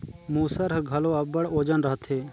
मूसर हर घलो अब्बड़ ओजन रहथे